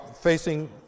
facing